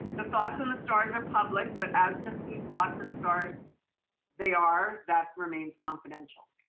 the thoughts and the stars are public but as to whose thoughts and stars they are that remains confidential.